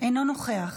אינו נוכח.